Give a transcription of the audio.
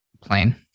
plane